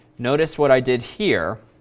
notice what i did here.